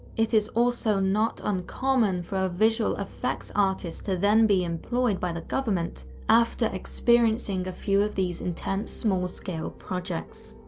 it is also not uncommon for a visual effects artist to then be employed by the government after experiencing a few of these intense small scale projects.